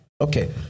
Okay